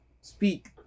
speak